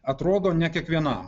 atrodo ne kiekvienam